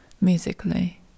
musically